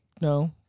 No